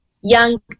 young